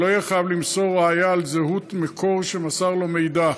שלא יהיה חייב למסור ראיה על זהות מקור שמסר לו מידע,